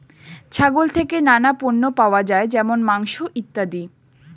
ছাগল থেকে নানা পণ্য পাওয়া যায় যেমন মাংস, ইত্যাদি